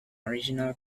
original